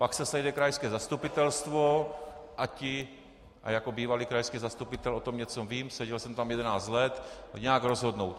Pak se sejde krajské zastupitelstvo a ti jako bývalý krajský zastupitel o tom něco vím, seděl jsem tam jedenáct let nějak rozhodnou.